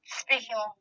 speaking